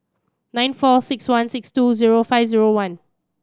nine four six one six two zero five zero one